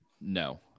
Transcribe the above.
No